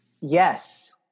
Yes